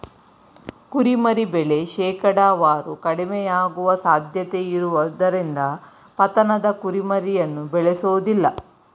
ಕುರಿಮರಿ ಬೆಳೆ ಶೇಕಡಾವಾರು ಕಡಿಮೆಯಾಗುವ ಸಾಧ್ಯತೆಯಿರುವುದರಿಂದ ಪತನದ ಕುರಿಮರಿಯನ್ನು ಬೇಳೆಸೋದಿಲ್ಲ